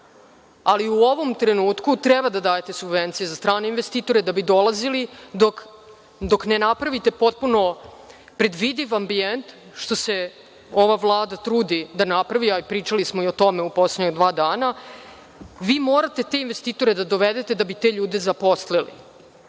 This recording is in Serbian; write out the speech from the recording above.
U ovom trenutku treba da dajete subvencije za strane investitore da bi dolazili, dok ne napravite potpuno predvidiv ambijent, što se ova Vlada trudi da napravi, a i pričali smo i o tome u poslednja dva dana. Vi morate te investitore da dovedete da bi te ljude zaposlili.